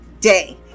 day